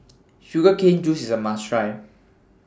Sugar Cane Juice IS A must Try